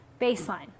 baseline